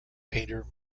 painter